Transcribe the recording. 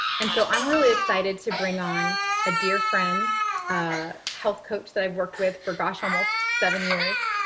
and so i'm really excited to bring on a dear friends ah health coach that i've worked with for, gosh, almost seven years.